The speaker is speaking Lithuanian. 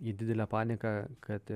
į didelę paniką kad